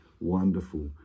wonderful